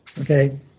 Okay